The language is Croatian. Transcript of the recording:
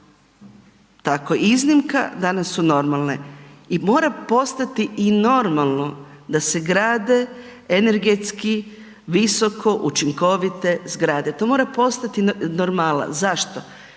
tako iznimka danas su normalne. I mora postati i normalno da se grade energetski visoko učinkovite zgrade, to mora postati normala. Zašto?